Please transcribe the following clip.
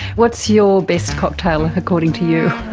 what's your best cocktail, according to you?